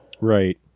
Right